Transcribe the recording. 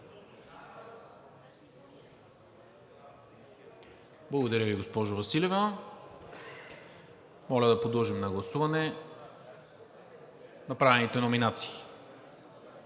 Благодаря Ви, госпожо Василева. Подлагам на гласуване направените номинации.